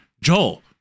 Joel